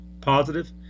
positive